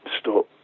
stop